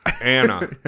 Anna